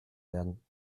werden